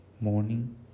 morning